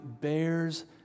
bears